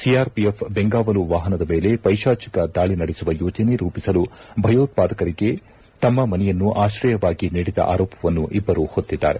CRPF ಬೆಂಗಾವಲು ವಾಹನದ ಮೇಲೆ ಪೈಶಾಚಿಕ ದಾಳಿ ನಡೆಸುವ ಯೋಜನೆ ರೂಪಿಸಲು ಭಯೋತ್ವಾದಕರಿಗೆ ತಮ್ನ ಮನೆಯನ್ನು ಆಶ್ರಯವಾಗಿ ನೀಡಿದ ಆರೋಪವನ್ನು ಇಭ್ಲರು ಹೊತ್ತಿದ್ದಾರೆ